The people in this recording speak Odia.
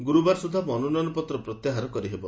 ଗୁରୁବାର ସୁଦ୍ଧା ମନୋନୟନପତ୍ର ପ୍ରତ୍ୟାହାର କରିହେବ